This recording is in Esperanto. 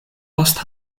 post